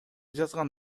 жазган